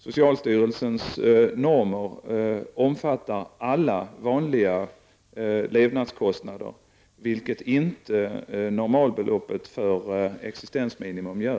Socialstyrelsens normer omfattar alla vanliga levnadskostnader, vilket inte normalbeloppet för existensminimum gör.